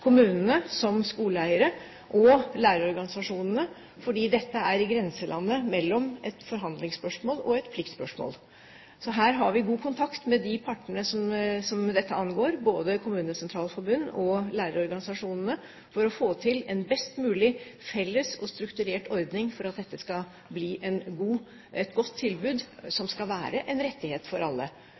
kommunene, som skoleeiere, og lærerorganisasjonene, fordi dette er i grenseland mellom et forhandlingsspørsmål og et pliktspørsmål. Her har vi god kontakt med de partene som dette angår, både KS og lærerorganisasjonene, for å få til en best mulig felles og strukturert ordning, slik at dette skal bli et godt tilbud og en rettighet for alle.